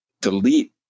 delete